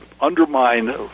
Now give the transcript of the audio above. undermine